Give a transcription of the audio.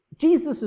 Jesus